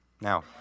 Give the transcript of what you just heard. Now